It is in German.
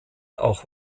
auch